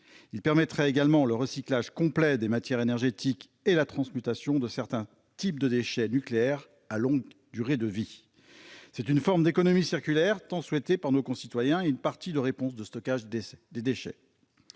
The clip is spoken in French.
Ils permettraient également le recyclage complet des matières énergétiques et la transmutation de certains types de déchets nucléaires à longue durée de vie. C'est une forme d'économie circulaire tant souhaitée par nos concitoyens et une partie de la réponse à la problématique du stockage des déchets.